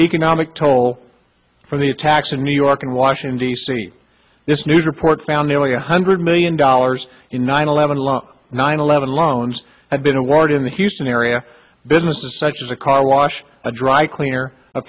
an economic toll from the attacks in new york and washington d c this news report found nearly one hundred million dollars in nine eleven alone nine eleven loans have been awarded in the houston area businesses such as a car wash a dry cleaner a